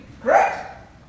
Correct